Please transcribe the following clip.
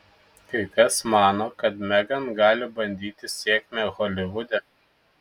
kai kas mano kad megan gali bandyti sėkmę holivude